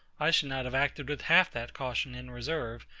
i should not have acted with half that caution and reserve,